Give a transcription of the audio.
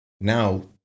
now